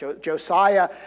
Josiah